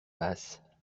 basse